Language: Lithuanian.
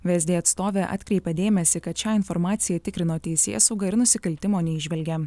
vsd atstovė atkreipė dėmesį kad šią informaciją tikrino teisėsauga ir nusikaltimo neįžvelgė